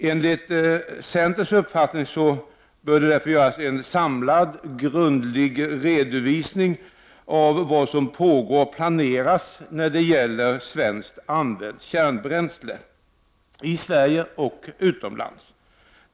Enligt centerns uppfattning bör det därför göras en samlad, grundlig redovisning av vad som pågår och planeras när det gäller svenskt använt kärnbränsle — i Sverige och utomlands.